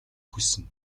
хүснэ